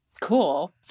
Cool